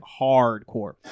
hardcore